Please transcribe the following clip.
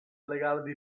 legale